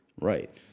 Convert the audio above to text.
Right